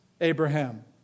Abraham